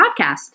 podcast